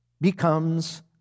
becomes